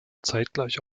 zeitgleich